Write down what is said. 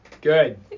good